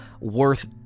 worth